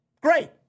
Great